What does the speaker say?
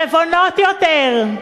נבונות יותר,